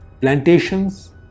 plantations